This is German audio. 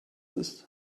ist